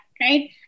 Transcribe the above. right